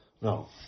No